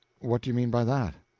what do you mean by that?